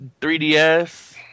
3DS